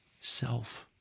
self